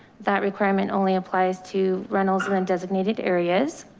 that requirement only applies to rentals and then designated areas.